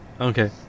Okay